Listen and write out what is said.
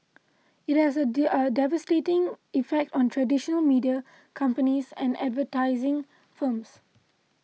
it has a devastating effect on traditional media companies and advertising firms